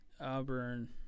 Auburn